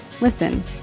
Listen